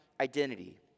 identity